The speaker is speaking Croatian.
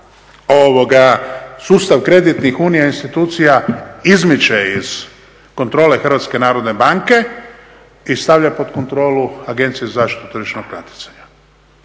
godina sustav kreditnih unija i institucija izmiče iz kontrole HNB-a i stavlja pod kontrolu Agencije za zaštitu tržišnog natjecanja.